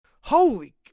holy